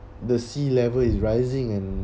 the sea level is rising and